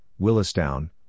Willistown